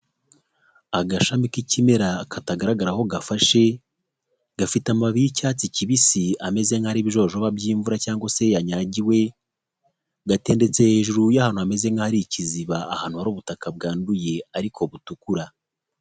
Agashami k'ikimera katagaragaraho gafashe gafite amababi y'icyatsi kibisi ameze nk'ariho ibijojoba by'imvura cyangwa se yanyagiwe gatendetse hejuru y' ahantu hameze nk'ari ikiziba, ahantu hari ubutaka bwanduye ariko butukura.